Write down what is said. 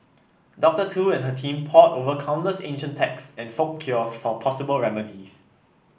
Doctor Tu and her team pored over countless ancient texts and folk cures for possible remedies